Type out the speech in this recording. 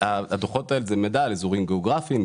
הדוחות האלה זה מידע על אזורים גיאוגרפיים,